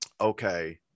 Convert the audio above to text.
okay